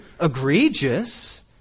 egregious